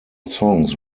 songs